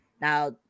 Now